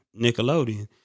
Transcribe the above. Nickelodeon